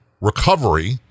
recovery